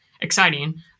exciting